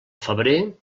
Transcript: febrer